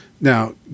Now